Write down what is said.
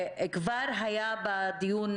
כבר בדיון